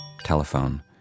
telephone